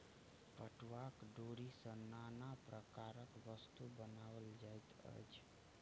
पटुआक डोरी सॅ नाना प्रकारक वस्तु बनाओल जाइत अछि